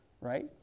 right